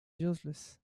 useless